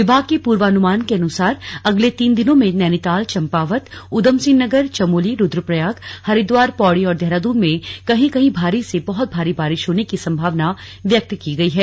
विभाग के पूर्वानुमान के अनुसार अगले तीन दिनों में नैनीताल चम्पावत ऊधमसिंह नगर चमोली रूद्रप्रयाग हरिद्वार पौड़ी और देहरादून में कहीं कहीं भारी से बहुत भारी बारिश होने की संभावना व्यक्त की है